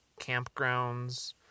campgrounds